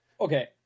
Okay